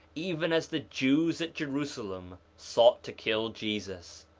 even as the jews at jerusalem sought to kill jesus,